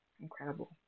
incredible